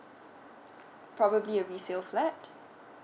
probably a resale flat